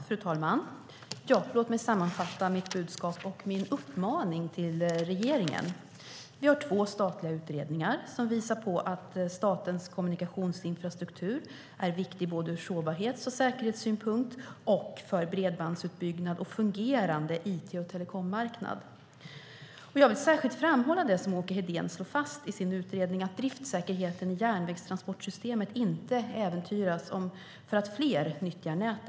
Fru talman! Låt mig sammanfatta mitt budskap och min uppmaning till regeringen. Vi har två statliga utredningar som visar på att statens kommunikationsinfrastruktur är viktig ur både sårbarhets och säkerhetssynpunkt och för bredbandsutbyggnad och fungerande it och telekommarknad. Jag vill särskilt framhålla det som Åke Hedén slår fast i sin utredning, att driftsäkerheten i järnvägstransportsystemet inte äventyras för att fler nyttjar nätet.